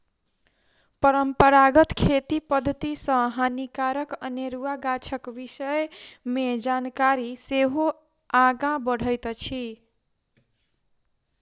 परंपरागत खेती पद्धति सॅ हानिकारक अनेरुआ गाछक विषय मे जानकारी सेहो आगाँ बढ़ैत अछि